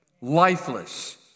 lifeless